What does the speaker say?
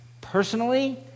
Personally